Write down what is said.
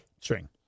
string